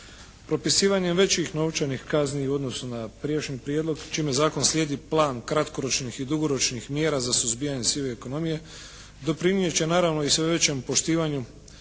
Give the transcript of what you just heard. Propisivanjem većih novčanih kazni u odnosu na prijašnji prijedlog čime zakon slijedi plan kratkoročnih i dugoročnih mjera za suzbijanje sive ekonomije doprinijet će naravno i sve većem poštivanju